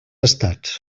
estats